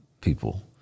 people